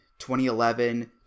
2011